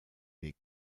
weg